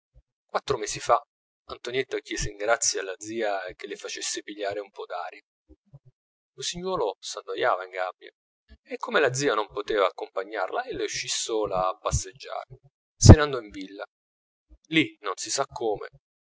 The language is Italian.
quattro mesi fa antonietta chiese in grazia alla zia che le facesse pigliare un po d'aria l'usignuolo s'annoiava in gabbia e come la zia non poteva accompagnarla ella uscì sola a passeggiare se ne andò in villa lì non si sa come